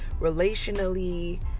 relationally